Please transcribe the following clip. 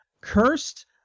Cursed